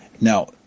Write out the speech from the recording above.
Now